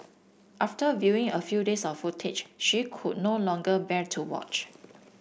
after viewing a few days of footage she could no longer bear to watch